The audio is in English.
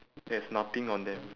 there's nothing on them